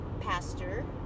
pastor